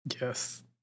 Yes